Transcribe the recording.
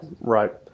right